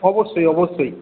অবশ্যই অবশ্যই